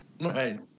Right